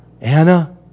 Anna